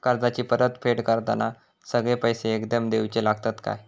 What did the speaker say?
कर्जाची परत फेड करताना सगळे पैसे एकदम देवचे लागतत काय?